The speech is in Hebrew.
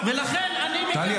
טלי,